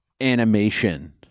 animation